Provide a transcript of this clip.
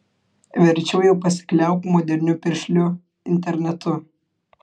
verčiau jau pasikliauk moderniu piršliu internetu